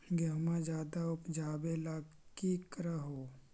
गेहुमा ज्यादा उपजाबे ला की कर हो?